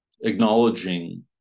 acknowledging